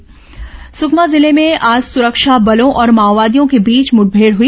माओवादी मुठमेड़ सुकमा जिले में आज सुरक्षा बलों और माओवादियों के बीच मुठभेड़ हुई